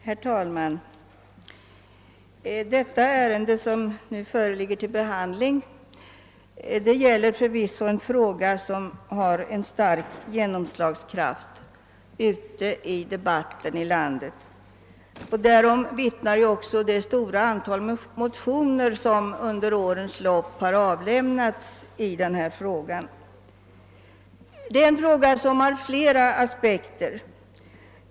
Herr talman! Det ärende som nu föreligger till behandling har förvisso stark genomslagskraft ute i landet — därom vittnar det stora antal motioner som under årens lopp har avlämneals, Frågan har flera aspekter.